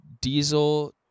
diesel